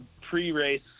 pre-race